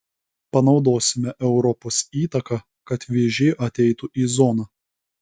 panaudosime europos įtaką kad vėžė ateitų į zoną